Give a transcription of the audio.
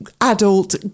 adult